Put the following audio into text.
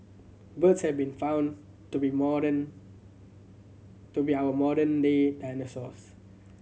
birds have been found to be modern to be our modern day dinosaurs